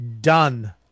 done